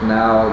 now